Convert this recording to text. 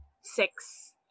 six